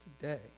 today